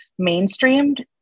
mainstreamed